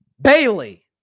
Bailey